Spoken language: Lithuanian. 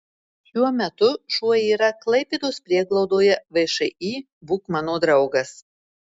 šiuo metu šuo yra klaipėdos prieglaudoje všį būk mano draugas